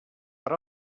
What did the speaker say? per